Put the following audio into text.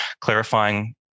clarifying